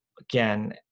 again